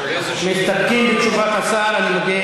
ארבעה חודשים.